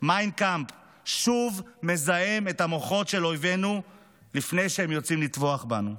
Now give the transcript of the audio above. מיין קאמפף שוב מזהם את המוחות של אויבנו לפני שהם יוצאים לטבוח בנו.